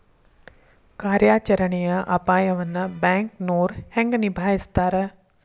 ಕಾರ್ಯಾಚರಣೆಯ ಅಪಾಯವನ್ನ ಬ್ಯಾಂಕನೋರ್ ಹೆಂಗ ನಿಭಾಯಸ್ತಾರ